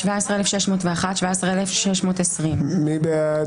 17,241 עד 17,260. מי בעד?